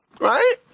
right